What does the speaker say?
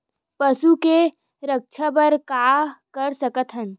पशु के रक्षा बर का कर सकत हन?